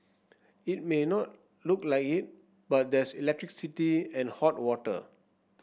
it may not look like it but there's electricity and hot water